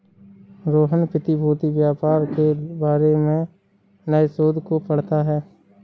रोहन प्रतिभूति व्यापार के बारे में नए शोध को पढ़ता है